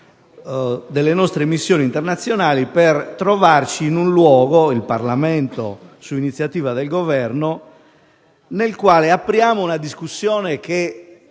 le nostre missioni internazionali, per trovarci in un luogo - il Parlamento, su iniziativa del Governo - nel quale aprire una discussione che